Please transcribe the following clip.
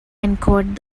enquired